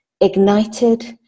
ignited